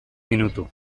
minutu